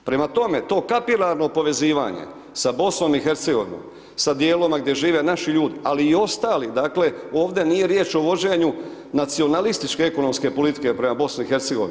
Prema tome to kapilarno povezivanje sa BiH, sa dijelovima gdje žive naši ljudi, ali i ostali, dakle ovdje nije riječ o vođenju nacionalističke ekonomske politike prema BiH.